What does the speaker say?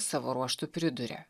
savo ruožtu priduria